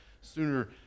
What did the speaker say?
sooner